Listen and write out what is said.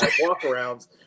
walk-arounds